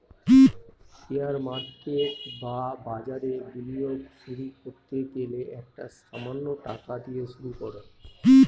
share market বা বাজারে বিনিয়োগ শুরু করতে গেলে একটা সামান্য টাকা দিয়ে শুরু করো